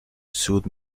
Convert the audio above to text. sued